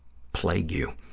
plague you.